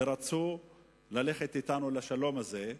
ורצו ללכת אתנו לשלום הזה,